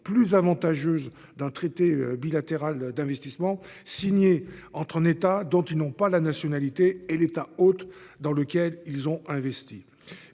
plus avantageuse d'un traité bilatéral d'investissement (TBI) signé entre un État dont ils n'ont pas la nationalité et l'État hôte dans lequel ils ont investi.